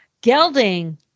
Gelding